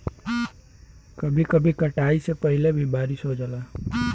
कभी कभी कटाई से पहिले भी बारिस हो जाला